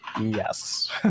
yes